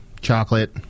chocolate